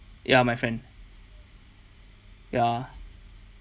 ya my friend ya